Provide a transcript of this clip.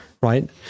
Right